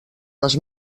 les